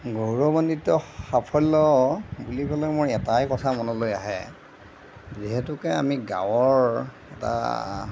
গৌৰৱান্বিত সাফল্য বুলি ক'লে মই এটাই কথা মনলৈ আহে যিহেতুকে আমি গাঁৱৰ এটা